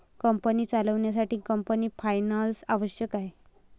company चालवण्यासाठी company finance आवश्यक आहे